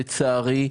אין, לצערי,